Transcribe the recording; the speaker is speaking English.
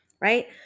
right